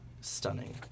stunning